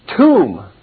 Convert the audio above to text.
tomb